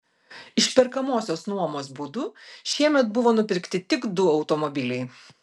išperkamosios nuomos būdu šiemet buvo nupirkti tik du automobiliai